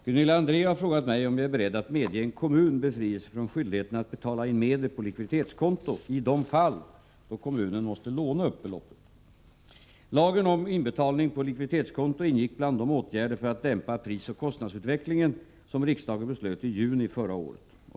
Herr talman! Gunilla André har frågat mig om jag är beredd att medge en kommun befrielse från skyldigheten att betala in medel på likviditetskonto i de fall då kommunen måste låna upp beloppet.